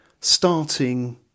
starting